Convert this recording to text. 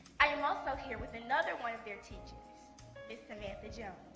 i am also here with another one of their teachers it samantha joe